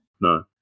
No